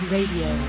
Radio